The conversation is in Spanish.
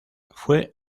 fue